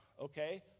Okay